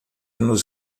nos